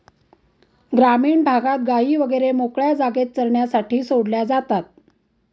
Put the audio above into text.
ग्रामीण भागात गायी वगैरे मोकळ्या जागेत चरण्यासाठी सोडल्या जातात